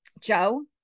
Joe